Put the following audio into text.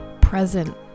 present